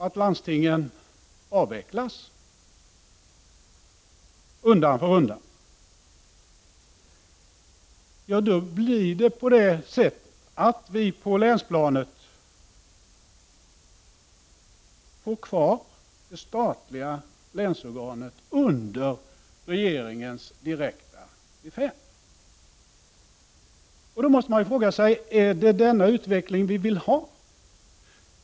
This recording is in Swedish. Om landstingen avvecklas undan för undan — som många tycks vilja ha det — kommer vi på länsplanet att få kvar det statliga länsorganet under regeringens direkta befäl. Man måste fråga sig om det är den utvecklingen vi vill ha.